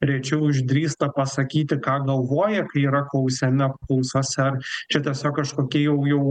rečiau išdrįsta pasakyti ką galvoja kai yra klausiami apklausose ar čia tiesiog kažkokie jau jau